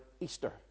Easter